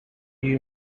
you